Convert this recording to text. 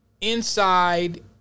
inside